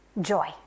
joy